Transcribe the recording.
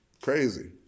Crazy